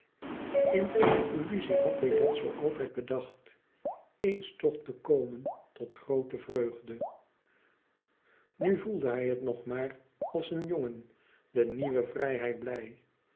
in een illuzie had hij dat zoo altijd bedacht eens toch te komen tot groote vreugde nu voelde hij nog maar als een jongen de nieuwe vrijheid blij